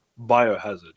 Biohazard